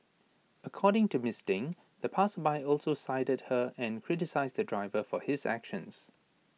according to miss Deng the passersby also sided her and criticised the driver for his actions